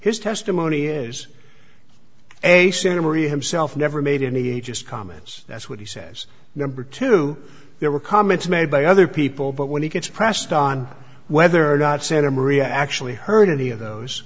his testimony is a santa maria himself never made any just comments that's what he says number two there were comments made by other people but when he gets pressed on whether or not santa maria actually heard any of those